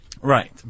Right